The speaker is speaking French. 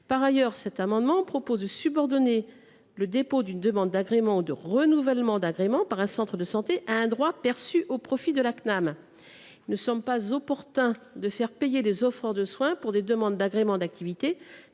Par ailleurs, il tend à subordonner le dépôt d’une demande d’agrément ou de renouvellement d’agrément par un centre de santé à un droit perçu au profit de la Cnam. Il ne nous semble pas opportun de faire payer des offreurs de soins pour des demandes d’agrément d’activité.